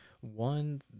One